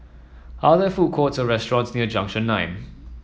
are there food courts or restaurants near Junction Nine